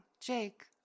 Jake